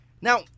Now